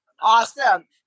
awesome